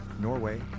Norway